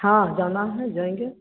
हाँ जाना है जाएँगे